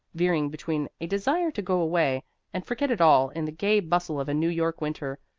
veering between a desire to go away and forget it all in the gay bustle of a new york winter,